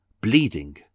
bleeding